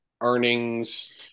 earnings